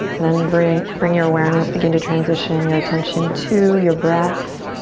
then bring bring your awareness, begin to transition your attention to your breath.